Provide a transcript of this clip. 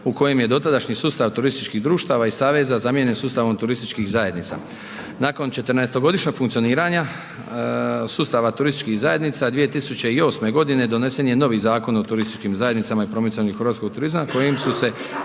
u kojem je dotadašnji sustav turističkih društava i saveza zamijenjen sustavom turističkih zajednica. Nakon 14-godišnjeg funkcioniranja sustava turističkih zajednica, 2008. godine donesen je novi Zakon o turističkim zajednicama i promicanju hrvatskog turizma kojim su se,